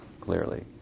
clearly